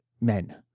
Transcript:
men